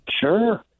sure